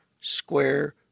square